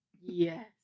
yes